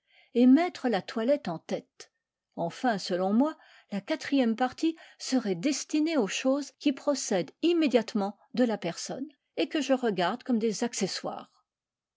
et mettre la toilette en tête enfin selon moi la quatrième partie serait destinée aux choses qui procèdent immédiatement de la personne et que je regarde comme des accessoires